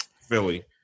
Philly